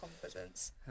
confidence